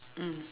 mm